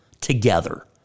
together